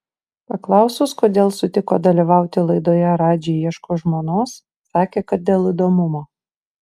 paklausus kodėl sutiko dalyvauti laidoje radži ieško žmonos sakė kad dėl įdomumo